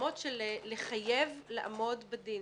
ברמות של לחייב לעמוד בדין?